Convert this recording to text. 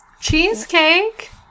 Cheesecake